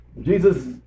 Jesus